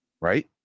right